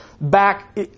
back